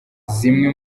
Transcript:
zimwe